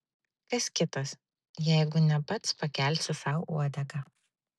kas kitas jeigu ne pats pakelsi sau uodegą